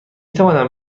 توانم